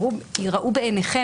שיראו בעיניכם,